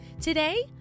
Today